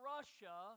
Russia